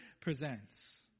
presents